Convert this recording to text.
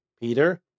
Peter